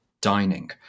dining